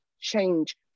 change